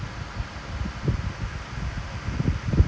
this [one] is like commitment one thing right so you can't you have do right